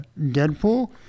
Deadpool